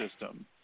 system